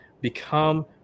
become